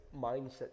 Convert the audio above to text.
mindset